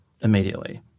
immediately